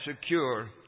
secure